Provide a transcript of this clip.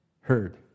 heard